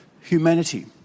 humanity